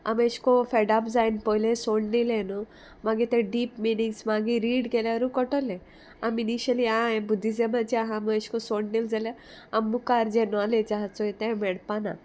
आम अेशकोन्न फेडाप जायन पोयले सोड दिले न्हू मागीर तें डीप मिनींग्स मागीर रीड केल्यारू कोटोले आमी इनिशली आं ये बुद्धीमाचे आहा मेशको सोंड दिल जाल्यार आम मुखार जे नॉलेज आहा चोय तें मेळपाना